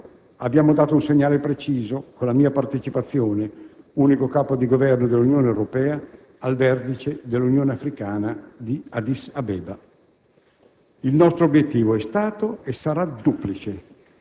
Anche sul piano più propriamente politico abbiamo dato un segnale preciso con la mia partecipazione, unico Capo di Governo dell'Unione Europea, al vertice dell'Unione Africana di Addis Abeba.